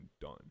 done